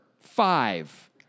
five